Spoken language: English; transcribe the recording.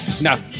no